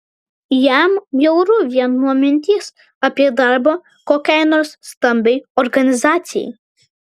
jam bjauru vien nuo minties apie darbą kokiai nors stambiai organizacijai